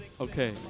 Okay